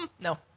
No